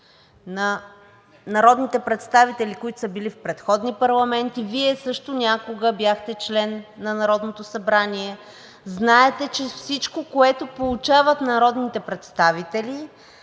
на народните представители, които са били в предходни парламенти, а Вие също някога бяхте член на Народното събрание и знаете, че всичко, което получават народните представители,